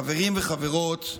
חברים וחברות,